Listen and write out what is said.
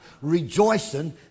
Rejoicing